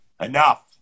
Enough